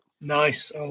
nice